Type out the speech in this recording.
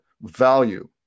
value